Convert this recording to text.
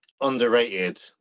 underrated